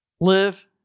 Live